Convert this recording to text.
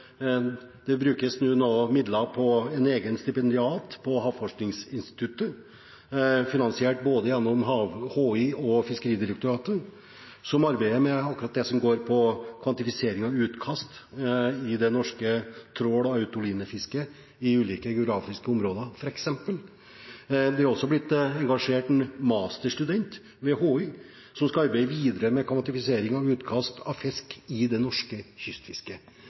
nå brukes midler på en egen stipendiat på Havforskningsinstituttet, finansiert både gjennom HI og Fiskeridirektoratet, som arbeider med akkurat det som handler om kvantifisering av utkast i det norske trål- og autolinefisket, i ulike geografiske områder – for eksempel. Det er også blitt engasjert en masterstudent ved HI som skal arbeide videre med kvantifisering av utkast av fisk i det norske kystfisket.